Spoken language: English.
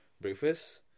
breakfast